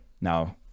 now –